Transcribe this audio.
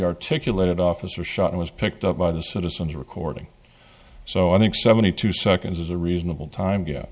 articulated officer shot and was picked up by the citizens recording so i think seventy two seconds is a reasonable time